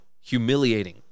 humiliating